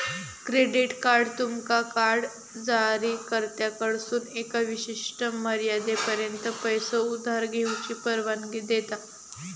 credit card तुमका card जारीकर्त्याकडसून एका विशिष्ट मर्यादेपर्यंत पैसो उधार घेऊची परवानगी देता